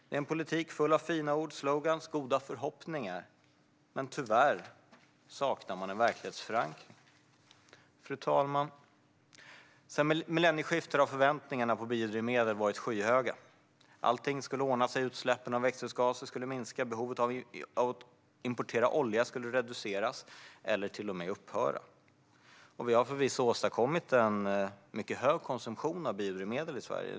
Det är en politik full av fina ord, sloganer och goda förhoppningar, men tyvärr saknar man en verklighetsförankring. Fru talman! Sedan millennieskiftet har förväntningarna på biodrivmedel varit skyhöga. Allting skulle ordna sig. Utsläppen av växthusgaser skulle minska, och behovet av att importera olja skulle reduceras eller till och med upphöra. Vi har förvisso åstadkommit en mycket hög konsumtion av biodrivmedel i Sverige.